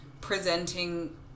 presenting